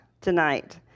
tonight